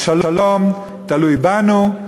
השלום תלוי בנו,